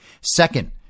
Second